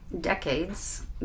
decades